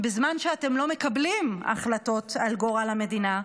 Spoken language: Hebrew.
בזמן שאתם לא מקבלים החלטות על גורל המדינה,